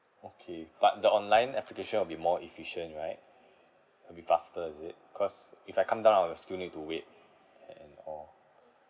okay but the online application will be more efficient right will be faster is it cause if I come down I will still need to wait and all